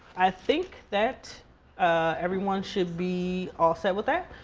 i think that everyone should be all set with that.